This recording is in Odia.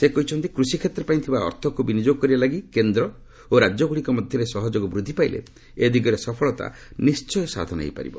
ସେ କହିଛନ୍ତି କୃଷି କ୍ଷେତ୍ର ପାଇଁ ଥିବା ଅର୍ଥକୁ ବିନିଯୋଗ କରିବା ଲାଗି କେନ୍ଦ୍ର ଓ ରାଜ୍ୟ ଗୁଡିକ ମଧ୍ୟରେ ସହଯୋଗ ବୃଦ୍ଧି ପାଇଲେ ଏ ଦିଗରେ ସଫଳତା ନିଶ୍ଚୟ ସାଧନ ହୋଇପାରିବ